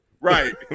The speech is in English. Right